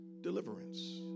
deliverance